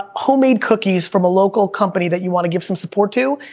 homemade cookies from a local company that you want to give some support to,